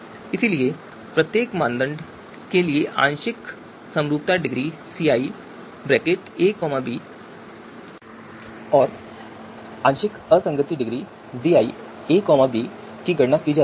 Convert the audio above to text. इसलिए प्रत्येक मानदंड के लिए आंशिक समरूपता डिग्री ciab और आंशिक असंगति डिग्री diab की गणना की जाती है